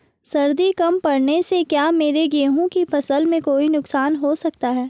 सर्दी कम पड़ने से क्या मेरे गेहूँ की फसल में कोई नुकसान हो सकता है?